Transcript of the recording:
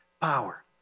power